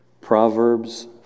Proverbs